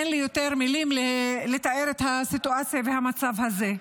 אין לי יותר מילים לתאר את הסיטואציה והמצב הזה,